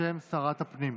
בשם שרת הפנים.